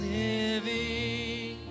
living